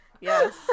Yes